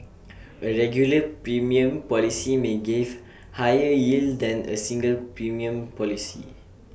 A regular premium policy may give higher yield than A single premium policy